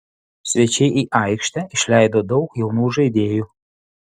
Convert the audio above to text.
svečiai į aikštę išleido daug jaunų žaidėjų